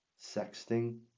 sexting